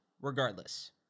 Regardless